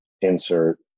insert